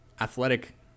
athletic